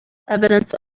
evidence